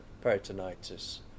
peritonitis